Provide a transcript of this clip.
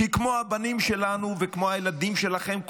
כי כמו הבנים שלנו וכמו הילדים שלכם,